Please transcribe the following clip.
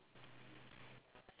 ya ya